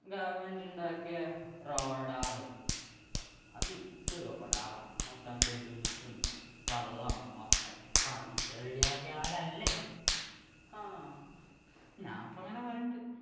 ഗവണ്മെൻറ്റുണ്ടാക്കിയ റോഡാണ് അത് വിറ്റ് റോഡാളാണ് മൊത്തം കുണ്ടും കുജ്ജും വെള്ളം ഒക്കെ പറന്റ്റ് റെഡിയാക്കിയാലല്ലേ ഹാ ഞാപ്പങ്ങനെ പാറയുന്നുണ്ട്